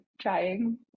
trying